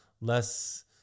less